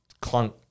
clunk